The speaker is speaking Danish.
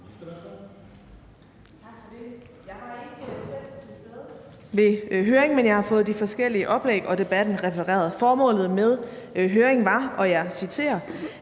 Tak for det. Jeg var ikke selv til stede ved høringen, men jeg har fået de forskellige oplæg og debatten refereret. Formålet med høringen var – og jeg citerer